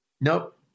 Nope